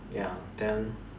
ya then